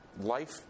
life